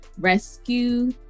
rescue